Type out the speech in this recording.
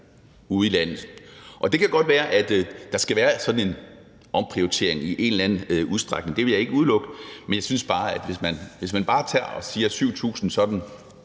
ude i landet. Og det kan godt være, at der skal være sådan en omprioritering i en eller anden udstrækning, det vil jeg ikke udelukke, men man slår bare ud med armene og siger 7.000 pladser,